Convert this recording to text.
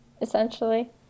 Essentially